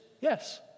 yes